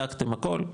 בדקתם הכול,